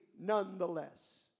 Nonetheless